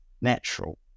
natural